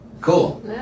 Cool